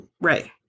Right